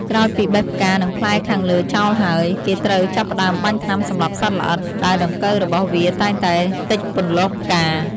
ក្រោយពីបេះផ្កានិងផ្លែខាងលើចោលហើយ គេត្រូវចាប់ផ្តើមបាញ់ថ្នាំសម្លាប់សត្វល្អិត ដែលដង្កូវរបស់វាតែងតែទិចពន្លកផ្កា។